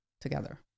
together